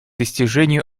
достижению